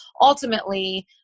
ultimately